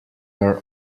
are